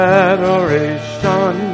adoration